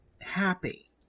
happy